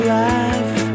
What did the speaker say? life